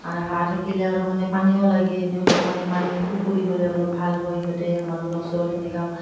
আৰু হাঁহ থাকিলে আৰু মানে পানীও লাগে সিহঁতক মানে পানী পুখুৰী হ'লে অলপ ভাল হয় সিহঁতে আমাৰ মানে ওচৰত এনেকৈ